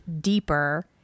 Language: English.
deeper